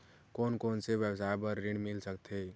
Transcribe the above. कोन कोन से व्यवसाय बर ऋण मिल सकथे?